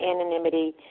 anonymity